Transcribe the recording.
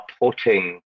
putting